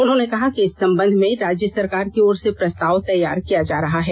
उन्होंने कहा कि इस संबंध में राज्य सरकार की ओर से प्रस्ताव तैयार किया जा रहा है